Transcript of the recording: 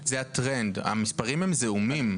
הטרנד, המספרים הם זעומים.